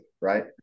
right